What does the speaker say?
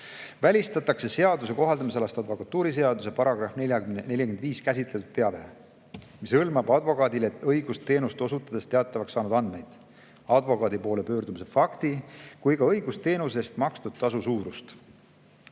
välistatakse seaduse kohaldamisalast advokatuuriseaduse §-s 45 käsitletud teave, mis hõlmab advokaadile õigusteenust osutades teatavaks saanud andmeid, advokaadi poole pöördumise fakti ja ka õigusteenuse eest makstud tasu suurust.